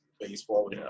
baseball